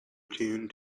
tune